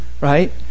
right